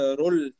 role